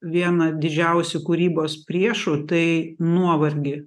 vieną didžiausių kūrybos priešų tai nuovargį